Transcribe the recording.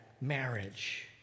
marriage